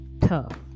tough